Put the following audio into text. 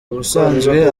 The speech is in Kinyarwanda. ubusanzwe